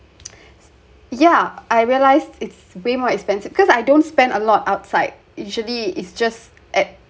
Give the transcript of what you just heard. yeah I realised it's way more expensive because I don't spend a lot outside usually it's just at